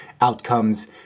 outcomes